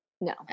No